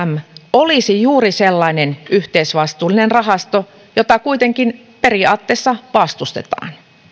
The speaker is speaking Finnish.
olisi juuri sellainen yhteisvastuullinen rahasto jota kuitenkin periaatteessa vastustetaan